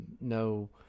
no